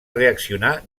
reaccionar